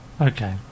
Okay